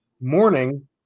morning